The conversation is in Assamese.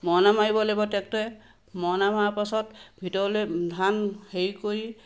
মৰণা মাৰিব লাগিব ট্ৰেক্টৰে মৰণা মাৰা পাছত ভিতৰলৈ ধান হেৰি কৰি